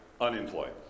unemployed